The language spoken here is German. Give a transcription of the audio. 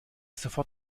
sofort